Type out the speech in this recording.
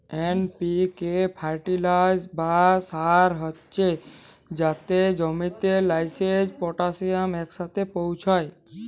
NPK fertiliser বা সার হছে যাতে জমিতে লাইটেরজেল, পটাশিয়াম ইকসাথে পৌঁছায়